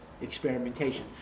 experimentation